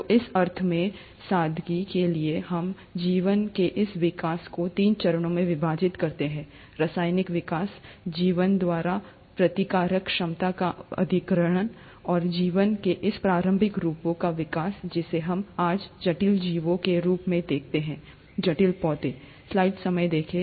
तो इस अर्थ में सादगी के लिए हम जीवन के इस विकास को तीन चरणों में विभाजित करते हैं रासायनिक विकास जीवन द्वारा प्रतिकारक क्षमता का अधिग्रहण और जीवन के इन प्रारंभिक रूपों का विकास जिसे हम आज जटिल जीवों के रूप में देखते हैं जटिल पौधे